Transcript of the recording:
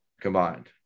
combined